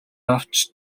авч